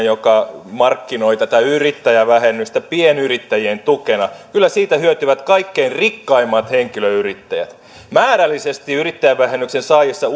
joka markkinoi tätä yrittäjävähennystä pienyrittäjien tukena kyllä siitä hyötyvät kaikkein rikkaimmat henkilöyrittäjät määrällisesti yrittäjävähennyksen saajissa